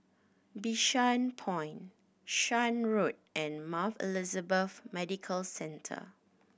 Bishan Point Shan Road and Mount Elizabeth Medical Centre